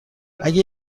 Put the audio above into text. اگه